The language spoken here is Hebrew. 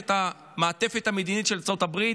את המעטפת המדינית של ארצות הברית,